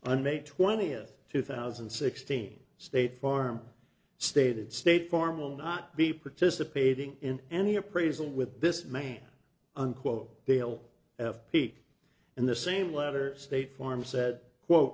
on may twentieth two thousand and sixteen state farm stated state farm will not be participating in any appraisal with this man unquote they'll have peak in the same letter state farm said